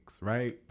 right